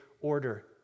order